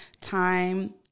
time